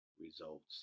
results